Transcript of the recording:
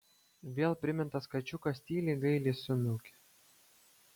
vėl primintas kačiukas tyliai gailiai sumiaukė